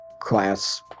class